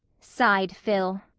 sighed phil,